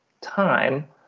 time